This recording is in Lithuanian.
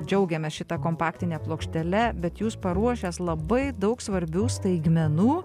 džiaugiamės šita kompaktine plokštele bet jūs paruošęs labai daug svarbių staigmenų